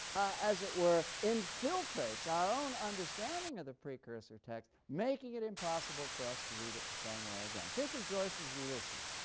as it were, infiltrates our own understanding of the precursor text making it impossible for us to read it the same way again. think of joyce's ulysses.